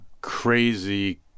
crazy